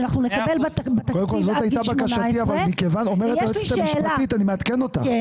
שאנחנו נקבל בתקציב עד גיל 18. אני מעדכן אותך,